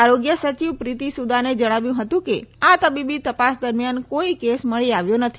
આરોગ્ય સચિવ પ્રીતિ સુદાને જણાવ્યું હતું કે આ તબીબી તપાસ દરમિયાન કોઈ કેસ મળી આવ્યો નથી